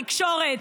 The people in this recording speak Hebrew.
התקשורת,